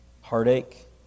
heartache